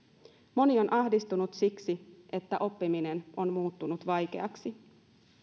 moni on ahdistunut siksi että oppiminen on muuttunut vaikeaksi